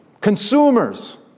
consumers